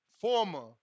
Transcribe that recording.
former